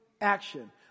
action